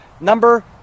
number